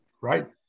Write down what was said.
Right